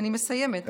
אני מסיימת.